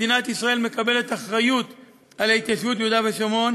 מדינת ישראל מקבלת אחריות להתיישבות ביהודה ושומרון